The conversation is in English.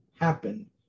happen